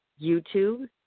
YouTube